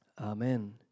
amen